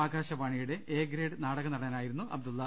ആകാശ വാണിയുടെ A grade നാടകനടനായിരുന്നു അബ്ദുള്ള